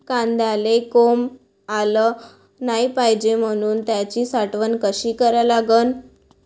कांद्याले कोंब आलं नाई पायजे म्हनून त्याची साठवन कशी करा लागन?